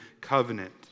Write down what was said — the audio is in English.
covenant